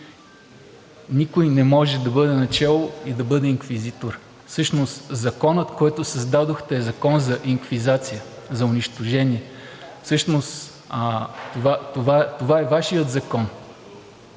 Никой не може да бъде начело и да бъде инквизитор. Всъщност законът, който създадохте, е закон за инквизиция, за унищожение. Всъщност това е Вашият закон,